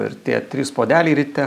ir tie trys puodeliai ryte